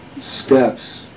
steps